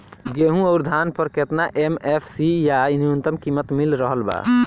गेहूं अउर धान पर केतना एम.एफ.सी या न्यूनतम कीमत मिल रहल बा?